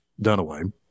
Dunaway